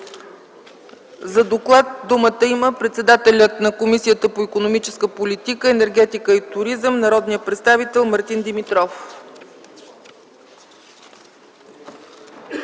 За доклад има думата председателят на Комисията по икономическата политика, енергетика и туризъм народният представител Мартин Димитров.